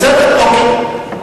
בסדר, אוקיי.